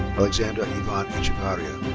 alexander ivan echevarria.